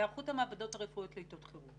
היערכות המעבדות הרפואיות לעיתות חירום